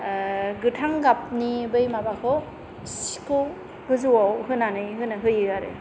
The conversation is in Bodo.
गोथां गाबनि बै माबाखौ सिखौ गोजौआव होनानै होनो होयो आरो